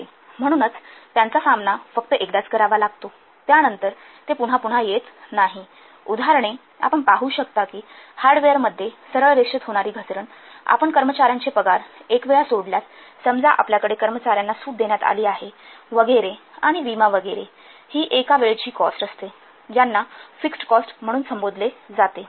म्हणूनच त्यांचा सामना फक्त एकदाच करावा लागतो त्यानंतर ते पुन्हा पुन्हा येत नाही उदाहरणे आपण पाहू शकता कि हार्डवेअरमध्ये सरळ रेषेत होणारी घसरण आपण कर्मचार्यांचे पगार एक वेळा सोडल्यास समजा आपल्याकडे कर्मचार्यांना सूट देण्यात आली आहे वगैरे आणि विमा वगैरे ही एक वेळची कॉस्ट असते ज्यांना फिक्स्ड कॉस्ट म्हणून ओळखले जाते